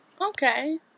Okay